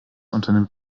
unternimmt